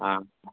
ہاں